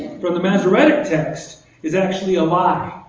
from the masoretic text is actually a lie.